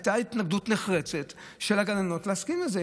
הייתה התנגדות נחרצת של הגננות להסכים לזה.